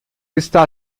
está